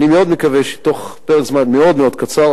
אני מאוד מקווה שתוך פרק זמן מאוד מאוד קצר,